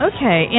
Okay